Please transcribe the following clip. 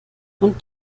und